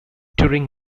touring